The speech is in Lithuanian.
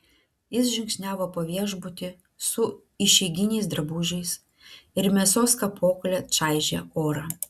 jis žingsniavo po viešbutį su išeiginiais drabužiais ir mėsos kapokle čaižė orą